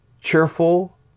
cheerful